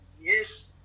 yes